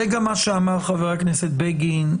זה גם מה שאמר חבר הכנסת בגין.